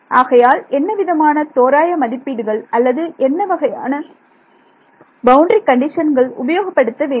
ஆகையால் என்னவிதமான தோராய மதிப்பீடுகள் அல்லது என்ன வகையான பவுண்டரி கண்டிஷன்கள் உபயோகப்படுத்த வேண்டும்